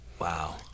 Wow